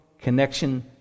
connection